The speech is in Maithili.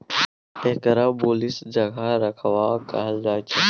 एकरा बुलिश जगह राखब कहल जायछे